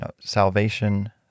salvation